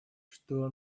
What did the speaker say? что